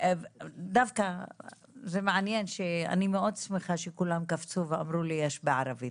דווקא זה מעניין ואני מאוד שמחה שכולם קפצו ואמרו לי יש בערבית.